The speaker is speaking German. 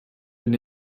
wenn